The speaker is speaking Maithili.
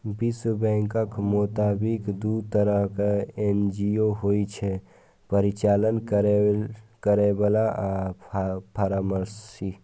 विश्व बैंकक मोताबिक, दू तरहक एन.जी.ओ होइ छै, परिचालन करैबला आ परामर्शी